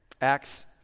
Acts